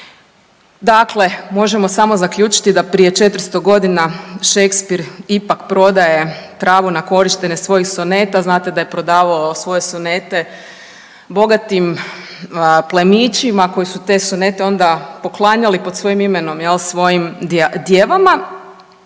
Dakle, možemo samo zaključiti da prije 400 godina Shakespeare ipak prodaje pravo na korištenje svojih soneta. Znate da je prodavao svoje sonete bogatim plemićima koji su te sonete onda poklanjali pod svojim imenom svojim djevama.